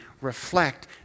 reflect